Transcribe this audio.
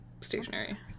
stationary